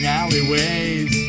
alleyways